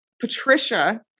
Patricia